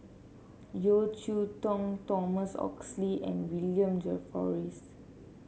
Yeo Cheow Tong Thomas Oxley and William Jervois